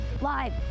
live